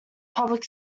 public